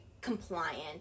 compliant